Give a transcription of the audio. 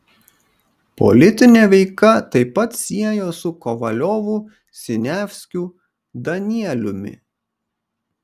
politinė veika taip pat siejo su kovaliovu siniavskiu danieliumi